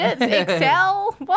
Excel